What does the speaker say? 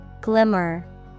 glimmer